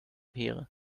there